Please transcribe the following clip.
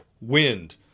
Wind